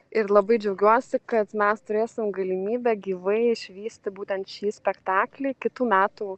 ir labai džiaugiuosi kad mes turėsim galimybę gyvai išvysti būtent šį spektaklį kitų metų